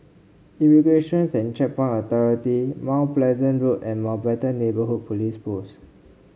Immigration's and Checkpoint Authority Mount Pleasant Road and Mountbatten Neighbourhood Police Post